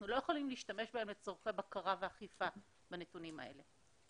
אנחנו לא יכולים להשתמש בהם לצורכי בקרה ואכיפה בנתונים האלה.